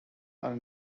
are